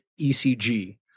ECG